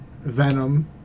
Venom